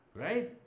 right